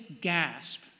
gasp